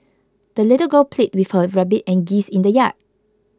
the little girl played with her rabbit and geese in the yard